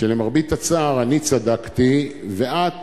שלמרבה הצער אני צדקתי ואת